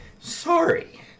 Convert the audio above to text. sorry